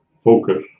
focus